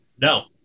No